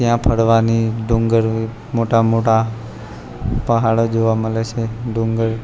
ત્યાં ફરવાની ડુંગર મોટા મોટા પહાડો જોવા મળે છે ડુંગર